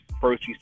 first